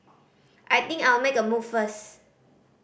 I think I'll make a move first